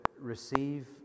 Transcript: receive